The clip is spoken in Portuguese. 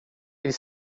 ele